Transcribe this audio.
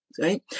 Right